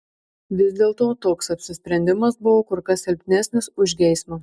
vis dėlto toks apsisprendimas buvo kur kas silpnesnis už geismą